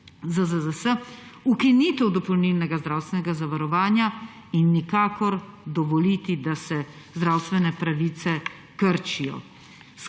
ZZZS, ukinitev dopolnilnega zdravstvenega zavarovanja in nikakor dovoliti, da se zdravstvene pravice krčijo.